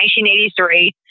1983